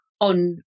on